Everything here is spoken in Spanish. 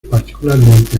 particularmente